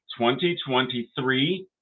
2023